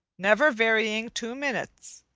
never varying two minutes.